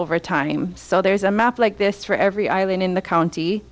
over time so there's a map like this for every island in the county